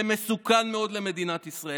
זה מסוכן מאוד למדינת ישראל.